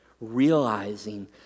realizing